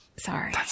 Sorry